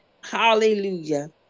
Hallelujah